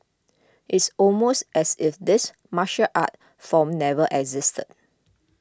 it's almost as if this martial art form never existed